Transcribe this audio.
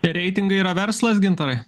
reitingai yra verslas gintarai